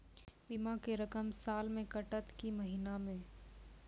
बीमा के रकम साल मे कटत कि महीना मे?